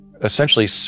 essentially